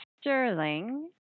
Sterling